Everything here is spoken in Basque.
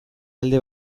alde